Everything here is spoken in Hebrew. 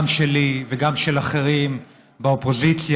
גם שלי וגם של אחרים באופוזיציה.